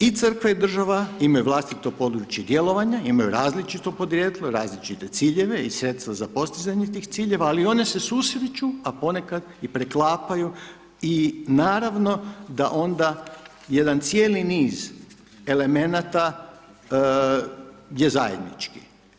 I Crkva i država imaju vlastite područje djelovanja, imaju različito podrijetlo, različite ciljeve i sredstvo za postizanje tih ciljeva, ali one su susreću, a ponekad i preklapaju i naravno da onda jedan cijeli niz elemenata je zajednički.